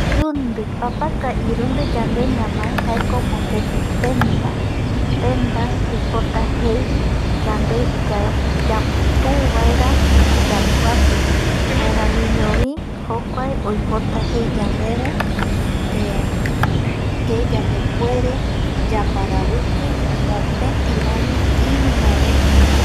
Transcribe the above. Irundɨ papaka irundi yande ñamae jaeko mopeti tenda, tenda oipota jei yande yaputu vaera yaguapi jaeramiño jokuae oipota jei yandeve yandepuere yaparaviki mopeti rami iruvae reta ndie